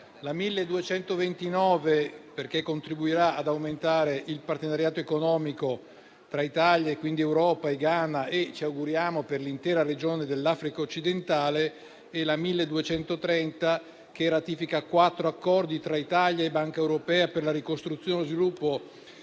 n. 1229 perché contribuirà ad aumentare il partenariato economico tra Italia - e quindi Europa - e Ghana e ci auguriamo per l'intera regione dell'Africa occidentale, e il n. 1230 che ratifica quattro accordi tra Italia e Banca europea per la ricostruzione e lo sviluppo